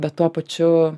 bet tuo pačiu